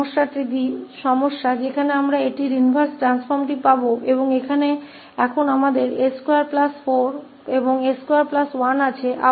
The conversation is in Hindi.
आखिरी समस्या जहां हमें इसका इनवर्स रूपांतरण मिलेगा और यहां अब हमारे पास 𝑠24 और 𝑠21 है